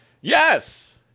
Yes